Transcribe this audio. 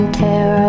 tear